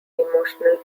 emotional